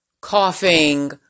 coughing